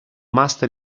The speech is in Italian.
master